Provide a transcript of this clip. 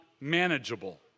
manageable